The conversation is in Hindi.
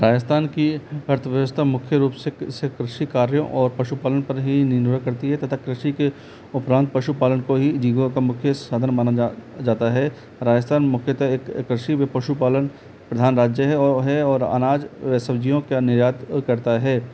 राजस्थान की अर्थव्यवस्था मुख्य रूप से क्रिस कृषि कार्य और पशु पालन पर ही निर्भर करती है तथा कृषि के उपरांत पशु पालन को ही जीव का मुख्य साधन माना जाता है राजस्थान मुख्यतः एक कृषि वे पशु पालन प्रधान राज्य है है और अनाज सब्ज़ियों का निर्यात करता है